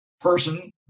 person